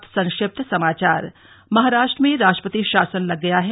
अब संक्षिप्त समाचार महाराष्ट्र में राष्ट्रपति शासन लग गया है